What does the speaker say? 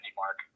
mark